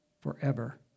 forever